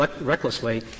recklessly